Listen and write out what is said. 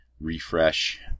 refresh